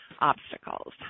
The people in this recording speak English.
obstacles